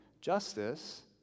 Justice